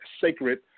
sacred